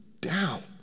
down